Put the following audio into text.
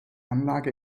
anlage